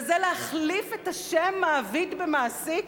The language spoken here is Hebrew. וזה להחליף את השם "מעביד" ב"מעסיק".